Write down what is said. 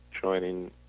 joining